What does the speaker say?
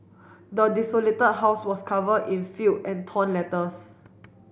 the desolated house was covered in filth and torn letters